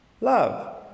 love